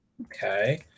Okay